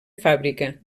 fàbrica